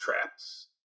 traps